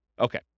Okay